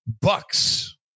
Bucks